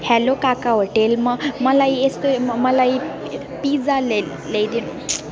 hello काका होटेलमा मलाई यस्तो मलाई पिज्जा ले ल्याइदिनु